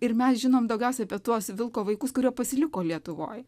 ir mes žinom daugiausiai apie tuos vilko vaikus kurie pasiliko lietuvoj